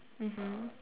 mmhmm